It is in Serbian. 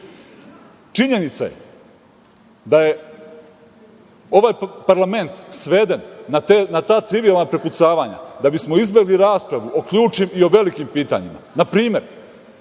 je da je ovaj parlament sveden na ta trivijalna prepucavanja da bismo izbegli raspravu o ključnim i o velikim pitanjima.